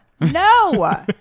No